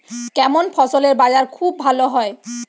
কেমন ফসলের বাজার খুব ভালো হয়?